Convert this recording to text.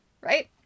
right